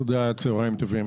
תודה, צוהריים טובים.